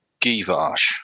Givash